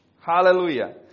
Hallelujah